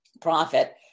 profit